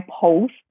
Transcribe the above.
post